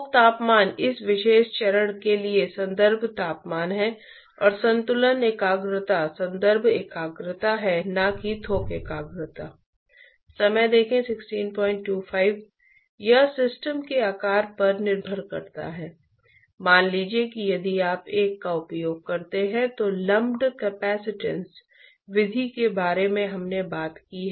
और मान लें कि फ्री धारा द्रव का तापमान यानी यह द्रव वास्तव में दूर बह रहा है और इस वस्तु से बहुत दूर है मान लें कि तापमान टिनफिनिटी है